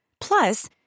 Plus